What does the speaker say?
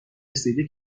رسیده